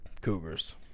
Cougars